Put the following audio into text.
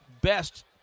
best